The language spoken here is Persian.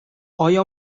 ایا